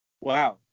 Wow